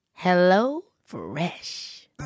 HelloFresh